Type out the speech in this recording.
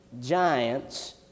giants